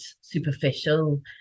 superficial